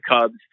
Cubs